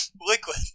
liquid